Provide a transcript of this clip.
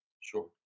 Sure